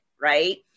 right